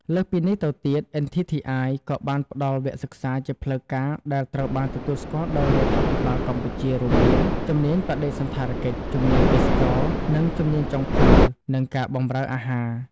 លើសពីនេះទៀត NTTI ក៏បានផ្តល់វគ្គសិក្សាជាផ្លូវការដែលត្រូវបានទទួលស្គាល់ដោយរដ្ឋាភិបាលកម្ពុជា រួមមាន ជំនាញបដិសណ្ឋារកិច្ច ជំនាញទេសចរណ៍ និងជំនាញចុងភៅ និងការបម្រើអាហារ។